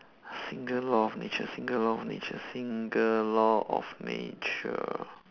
single law of nature single law of nature single law of nature